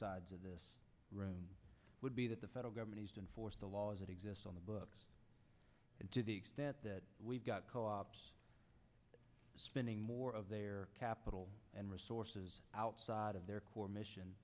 sides of this would be that the federal government and force the laws that exist on the books and to the extent that we've got spending more of their capital and resources outside of their core mission